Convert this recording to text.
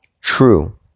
True